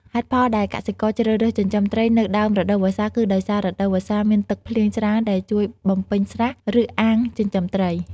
ហេតុផលដែលកសិករជ្រើសរើសចិញ្ចឹមត្រីនៅដើមរដូវវស្សាគឺដោយសារ រដូវវស្សាមានទឹកភ្លៀងច្រើនដែលជួយបំពេញស្រះ ឬអាងចិញ្ចឹមត្រី។